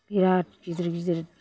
बिराद गिदिर गिदिर